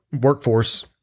workforce